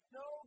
no